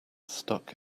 stuck